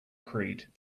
creed